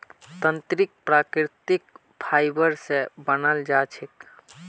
तंत्रीक प्राकृतिक फाइबर स बनाल जा छेक